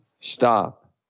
stop